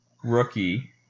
rookie